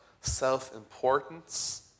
self-importance